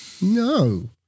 No